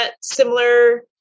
similar